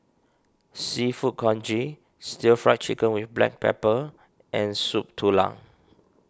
Seafood Congee Stir Fry Chicken with Black Pepper and Soup Tulang